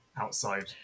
outside